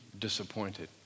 disappointed